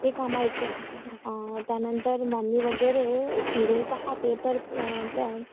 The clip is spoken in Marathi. ते कामायचं त्यानंतर मम्मी वगैरे सिरियल पाहते तर त्या